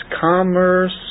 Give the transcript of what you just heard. commerce